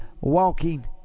walking